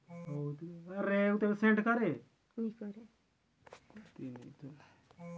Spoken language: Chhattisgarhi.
मइनसे कर जम्मो काम हर आघु गाड़ा बइला कर माध्यम ले ही होवत रहिस